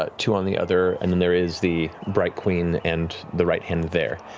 ah two on the other and and there is the bright queen and the right hand there.